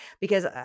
because-